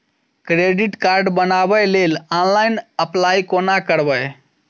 Credit card बनाबै लेल online apply कोना करबै?